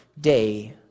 day